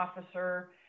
officer